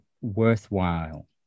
worthwhile